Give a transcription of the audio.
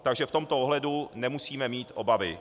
Takže v tomto ohledu nemusíme mít obavy.